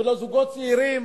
ולזוגות צעירים,